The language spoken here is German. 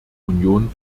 union